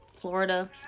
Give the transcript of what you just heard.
Florida